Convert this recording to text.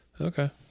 Okay